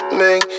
make